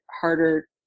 harder